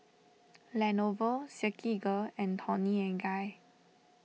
Lenovo Silkygirl and Toni and Guy